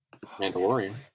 Mandalorian